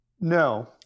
No